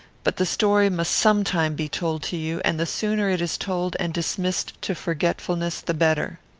but the story must some time be told to you, and the sooner it is told and dismissed to forgetfulness the better.